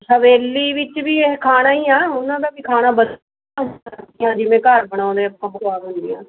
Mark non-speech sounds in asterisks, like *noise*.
ਹਵੇਲੀ ਵਿੱਚ ਵੀ ਇਹ ਖਾਣਾ ਹੀ ਆ ਉਨ੍ਹਾਂ ਦਾ ਵੀ ਖਾਣਾ ਵਧੀਆ ਹੁੰਦਾ ਜਿਵੇਂ ਘਰ ਬਣਾਉਂਦੇ ਆਪਾਂ *unintelligible*